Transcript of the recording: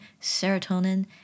serotonin